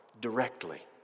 directly